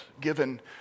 given